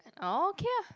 orh okay ah